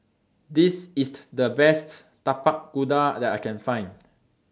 This IS The Best Tapak Kuda that I Can Find